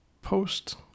post